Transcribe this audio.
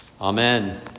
Amen